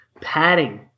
padding